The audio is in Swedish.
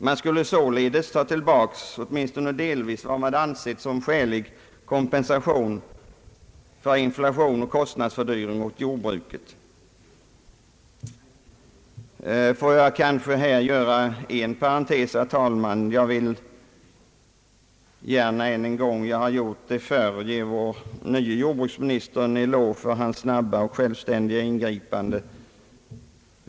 Man skulle således ta tillbaka åtminstone delvis vad man förut ansett som skälig kompensation åt jordbruket för inflation och kostnadsfördyring. Låt mig göra en parentes, herr talman! Jag vill gärna än en gång — jag har gjort det förr — ge vår nye jordbruksminister en eloge för hans snabba och självständiga ingripande.